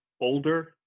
older